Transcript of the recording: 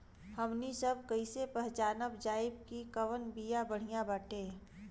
हमनी सभ कईसे पहचानब जाइब की कवन बिया बढ़ियां बाटे?